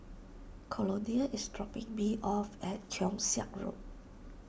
Colonel is dropping me off at Keong Saik Road